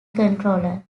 controller